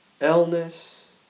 illness